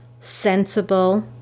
sensible